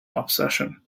obsession